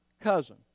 cousin